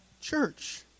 church